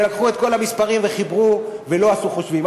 שלקחו את כל המספרים וחיברו ולא עשו חושבים.